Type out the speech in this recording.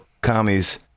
commies